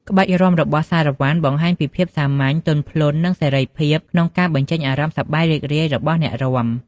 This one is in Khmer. ក្បាច់រាំរបស់សារ៉ាវ៉ាន់បង្ហាញពីភាពសាមញ្ញ ទន់ភ្លន់ និងសេរីភាពក្នុងការបញ្ចេញអារម្មណ៍សប្បាយរីករាយរបស់អ្នករាំ។